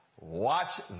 Watch